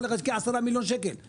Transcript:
כל אחד השקיע עשרה מיליון שקל,